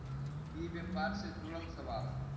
ई व्यापार से जुड़ल सवाल?